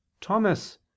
Thomas